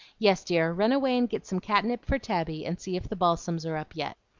yes, dear, run away and get some catnip for tabby, and see if the balsams are up yet.